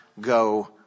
go